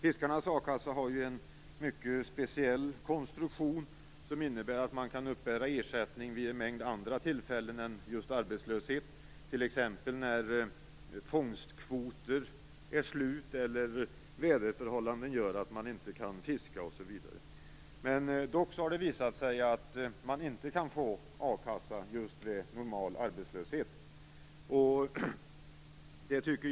Fiskarnas a-kassa har ju en mycket speciell konstruktion, som innebär att man kan uppbära ersättning vid en mängd andra tillfällen än just arbetslöshet, t.ex. när fångstkvoter är slut eller väderförhållandena gör att man inte kan fiska. Dock har det visat sig att man inte kan få a-kassa just vid normal arbetslöshet.